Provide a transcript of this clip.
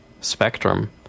spectrum